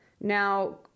Now